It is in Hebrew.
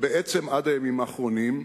בעצם עד הימים האחרונים,